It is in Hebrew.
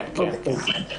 כן, כן.